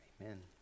Amen